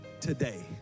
today